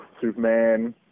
Superman